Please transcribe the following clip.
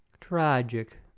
Tragic